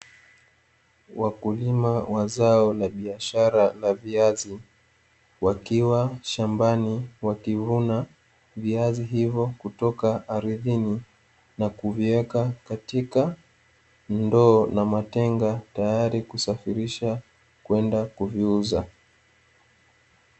Wakulima wa zao la biashara la viazi wakiwa shambani wakivuna viazi hivyo kutoka ardhini, na kuviweka katika ndoo na matenga tayari kwa kusafirisha kwenda kuviuza.